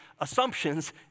assumptions